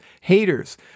haters